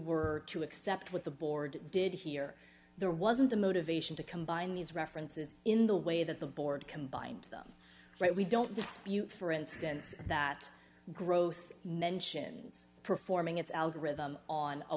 were too except with the board did hear there wasn't a motivation to combine these references in the way that the board combined them right we don't dispute for instance that gross mentions performing its algorithm on a